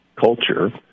culture